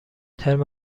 ترم